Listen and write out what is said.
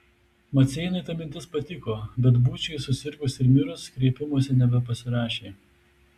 maceinai ta mintis patiko bet būčiui susirgus ir mirus kreipimosi nebeparašė